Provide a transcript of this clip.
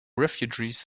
refugees